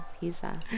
Pizza